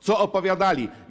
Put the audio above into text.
Co opowiadali?